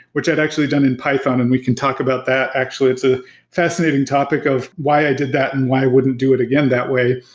which i've actually done in python. and we can talk about that. actually, it's a fascinating topic of why i did that and why wouldn't do it again that way.